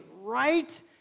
right